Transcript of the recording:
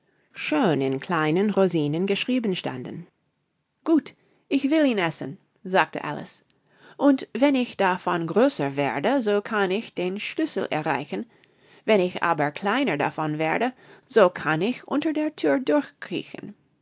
schön in kleinen rosinen geschrieben standen gut ich will ihn essen sagte alice und wenn ich davon größer werde so kann ich den schlüssel erreichen wenn ich aber kleiner davon werde so kann ich unter der thür durchkriechen